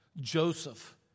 Joseph